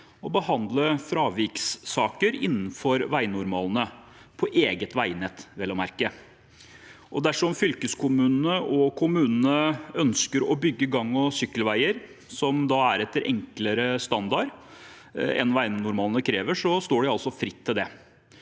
å behandle fraviksaker innenfor veinormalene, på eget veinett, vel å merke, og dersom fylkeskommunene og kommunene ønsker å bygge gang- og sykkelveier som er etter enklere standarder enn veinormalene krever, står de fritt til det.